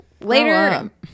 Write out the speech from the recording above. Later